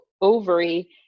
ovary